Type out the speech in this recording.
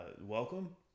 welcome